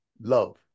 love